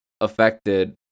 affected